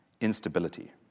instability